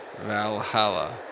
Valhalla